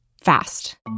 fast